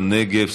בנגב,